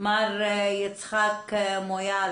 מר יצחק מויאל.